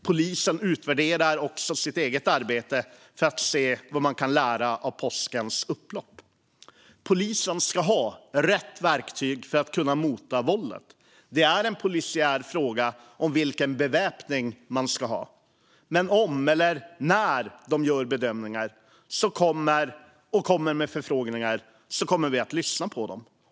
Polisen utvärderar också sitt eget arbete för att se vad man kan lära av påskens upplopp. Polisen ska ha rätt verktyg för att kunna mota våldet. Det är en polisiär fråga vilken beväpning polisen ska ha. Men om eller när de gör bedömningar och kommer med förfrågningar kommer vi att lyssna på dem.